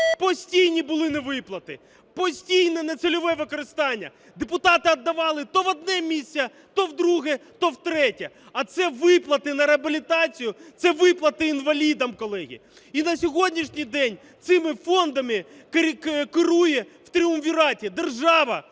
Постійні були невиплати, постійне нецільове використання, депутати віддавали то в одне місце, то в друге, то в третє. А це виплати на реабілітацію, це виплати інвалідам, колеги. І на сьогоднішній день цими фондами керує в тріумвіраті держава,